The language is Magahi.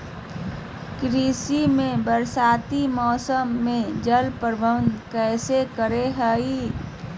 कृषि में बरसाती मौसम में जल प्रबंधन कैसे करे हैय?